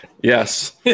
yes